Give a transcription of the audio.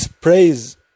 praise